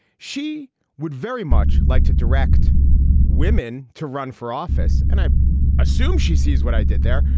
she would very much like to direct women to run for office and i assume she sees what i did there.